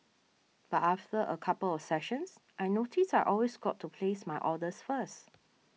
but after a couple of sessions I noticed I always got to place my orders first